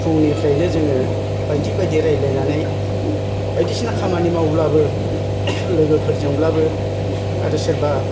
फुंनिफ्रायनो जोङो बायदि बायदि रायलायनानै बायदिसिना खामानि मावब्लाबो लोगोफोरजोंब्लाबो आरो सोरबा